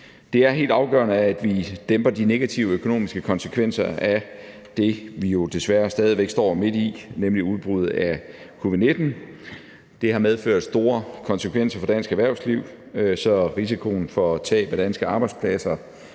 Det er helt afgørende, at vi dæmper de negative økonomiske konsekvenser af det, vi jo desværre stadig væk står midt i – nemlig udbruddet af covid-19, som har medført store konsekvenser for dansk erhvervsliv – så risikoen for tab af danske arbejdspladser,